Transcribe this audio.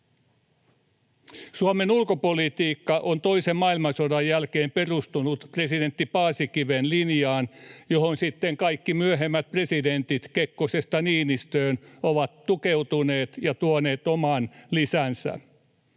Suomen ulkopolitiikka on toisen maailmansodan jälkeen perustunut presidentti Paasikiven linjaan, johon sitten kaikki myöhemmät presidentit Kekkosesta Niinistöön ovat tukeutuneet ja tuoneet oman lisänsä.